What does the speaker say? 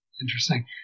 Interesting